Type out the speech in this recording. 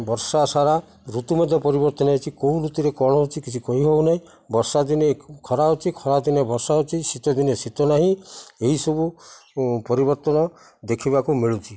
ବର୍ଷା ସାରା ଋତୁ ମଧ୍ୟ ପରିବର୍ତ୍ତନ ହେଇଛି କେଉଁ ଋତୁରେ କ'ଣ ହେଉଛି କିଛି କହି ହଉ ନାହିଁ ବର୍ଷା ଦିନେ ଖରା ହେଉଛି ଖରାଦିନେ ବର୍ଷା ହେଉଛି ଶୀତ ଦିନେ ଶୀତ ନାହିଁ ଏହିସବୁ ପରିବର୍ତ୍ତନ ଦେଖିବାକୁ ମିଳୁଛି